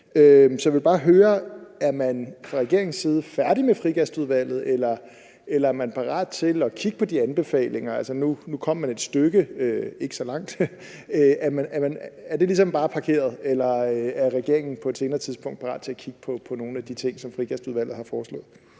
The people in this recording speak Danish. Så jeg vil bare høre, om man fra regeringens side er færdig med Frigastudvalget, eller om man er parat til at kigge på de anbefalinger. Nu kom man et stykke – ikke så langt – men er det ligesom bare parkeret, eller er regeringen på et senere tidspunkt parat til at kigge på nogle af de ting, som Frigastudvalget har foreslået?